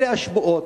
אלה השמועות.